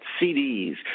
CDs